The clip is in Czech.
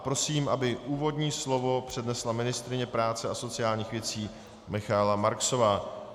Prosím, aby úvodní slovo přednesla ministryně práce a sociálních věcí Michaela Marksová.